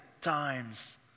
times